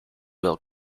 will